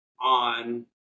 on